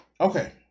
okay